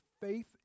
faith